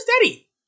steady